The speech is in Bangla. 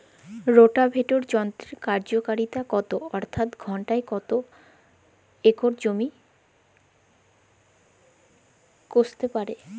রোটাভেটর যন্ত্রের কার্যকারিতা কত অর্থাৎ ঘণ্টায় কত একর জমি কষতে পারে?